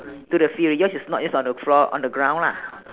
to the field yours is not yours on the floor on the ground lah